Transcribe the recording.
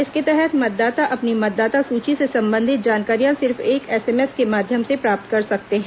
इसके तहत मतदाता अपनी मतदाता सूची से संबंधित जानकारियां सिर्फ एक एसएमएस के माध्यम से प्राप्त कर सकते हैं